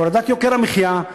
הורדת יוקר המחיה,